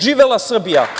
Živela Srbija.